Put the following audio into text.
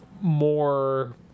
more